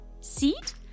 Seat